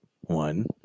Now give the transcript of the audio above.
one